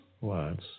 words